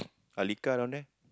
Aliqah down there